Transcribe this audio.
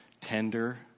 tender